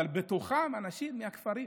אבל בתוכם אנשים מהכפרים.